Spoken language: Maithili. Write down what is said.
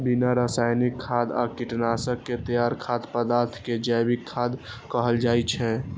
बिना रासायनिक खाद आ कीटनाशक के तैयार खाद्य पदार्थ कें जैविक खाद्य कहल जाइ छै